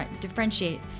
differentiate